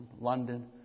London